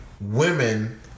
women